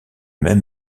même